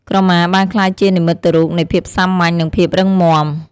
ក្រមាបានក្លាយជានិមិត្តរូបនៃភាពសាមញ្ញ និងភាពរឹងមាំ។